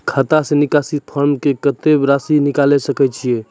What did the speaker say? खाता से निकासी फॉर्म से कत्तेक रासि निकाल सकै छिये?